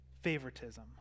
favoritism